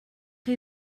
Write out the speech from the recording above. chi